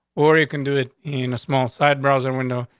or you can do it in a small side browser window,